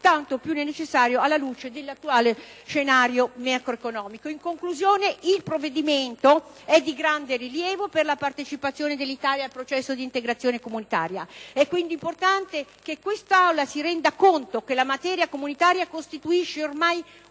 tanto più necessaria alla luce dell'attuale scenario macroeconomico. In conclusione, il provvedimento è di grande rilievo per la partecipazione dell'Italia al processo di integrazione comunitaria. È quindi importante che quest'Aula si renda conto che la materia comunitaria costituisce ormai un pilastro